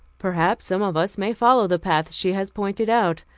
perhaps some of us may follow the paths she has pointed out.